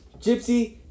Gypsy